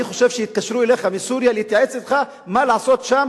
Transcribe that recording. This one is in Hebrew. אני חושב שיתקשרו אליך מסוריה להתייעץ אתך מה לעשות שם,